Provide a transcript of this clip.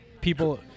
people